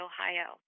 Ohio